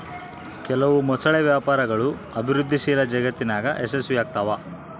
ಕೆಲವು ಮೊಸಳೆ ವ್ಯಾಪಾರಗಳು ಅಭಿವೃದ್ಧಿಶೀಲ ಜಗತ್ತಿನಾಗ ಯಶಸ್ವಿಯಾಗ್ತವ